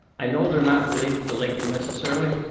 i know they're not related to lakeland, necessarily.